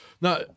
Now